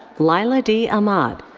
laiela d. ahmad.